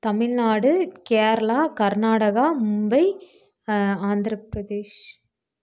Tamil Nadu Kerala Karnataka Mumbai Andhra Pradesh